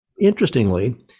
interestingly